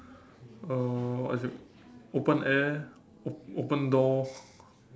uh what is it open air op~ open door